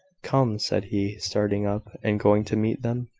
come! said he, starting up, and going to meet them.